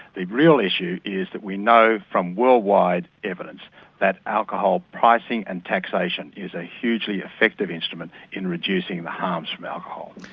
the real issue is that we know from worldwide evidence that alcohol pricing and taxation is a hugely effective instrument in reducing the harms from alcohol.